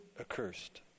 accursed